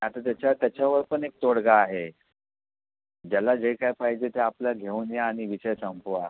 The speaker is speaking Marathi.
आता त्याच्याव त्याच्यावर पण एक तोडगा आहे एक ज्याला जे काय पाहिजे ते आपलं घेऊन या आणि विषय संपवा